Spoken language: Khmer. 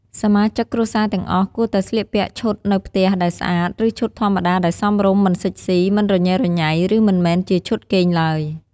សមាជិកគ្រួសារទាំងអស់ គួរតែស្លៀកពាក់ឈុតនៅផ្ទះដែលស្អាត ឬឈុតធម្មតាដែលសមរម្យ មិនសិចស៊ី មិនរញ៉េរញ៉ៃ ឬមិនមែនជាឈុតគេងឡើយ។